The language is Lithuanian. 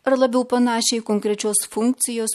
ar labiau panašią į konkrečios funkcijos